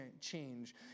change